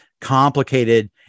complicated